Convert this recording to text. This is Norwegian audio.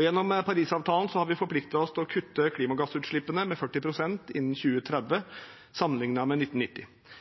Gjennom Parisavtalen har vi forpliktet oss til å kutte klimagassutslippene med 40 pst. innen 2030 sammenlignet med 1990.